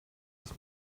das